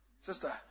Sister